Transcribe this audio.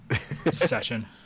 session